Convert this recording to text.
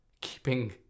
keeping